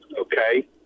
Okay